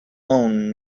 own